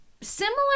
similar